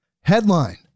headline